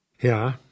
Ja